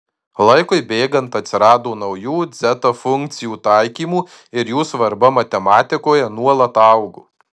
laikui bėgant atsirado naujų dzeta funkcijų taikymų ir jų svarba matematikoje nuolat augo